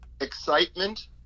excitement